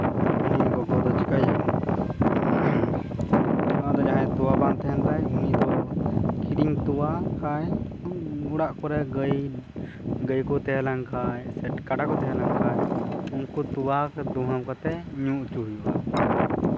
ᱩᱱᱤ ᱜᱚᱜᱚ ᱫᱚ ᱪᱮᱠᱟᱭᱮᱭᱟᱵᱚᱱ ᱟᱫᱚ ᱡᱟᱦᱟᱸᱭ ᱛᱚᱣᱟ ᱵᱟᱝ ᱛᱟᱦᱮᱱ ᱛᱟᱭ ᱩᱱᱤ ᱫᱚ ᱠᱤᱨᱤᱧ ᱛᱚᱣᱟ ᱵᱟᱠᱷᱟᱱ ᱚᱲᱟᱜ ᱠᱚᱨᱮᱱ ᱜᱟᱹᱭ ᱜᱟᱹᱭ ᱠᱚ ᱛᱟᱦᱮᱸᱞᱮᱱᱠᱷᱟᱱ ᱥᱮ ᱠᱟᱰᱟᱠᱚ ᱛᱟᱦᱮᱸᱞᱮᱱ ᱠᱷᱟᱱ ᱩᱱᱠᱩ ᱛᱚᱣᱟ ᱫᱷᱩᱶᱟᱣ ᱠᱟᱛᱮ ᱧᱩ ᱦᱚᱪᱚ ᱦᱩᱭᱩᱜᱼᱟ